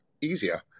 easier